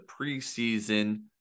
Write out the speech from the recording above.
preseason